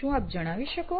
શું આપ જણાવી શકો